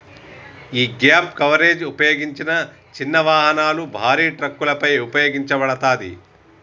యీ gap coverage ఉపయోగించిన చిన్న వాహనాలు, భారీ ట్రక్కులపై ఉపయోగించబడతాది